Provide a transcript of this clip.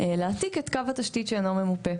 להעתיק את קו התשתית שאינו ממופה.